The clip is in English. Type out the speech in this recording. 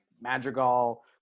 Madrigal